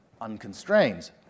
unconstrained